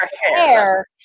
hair